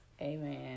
Amen